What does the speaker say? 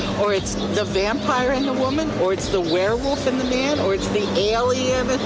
or it's the vampire and the woman or it's the werewolf and the man or it's the alien,